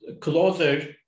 closer